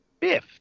Fifth